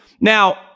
Now